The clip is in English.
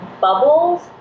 Bubbles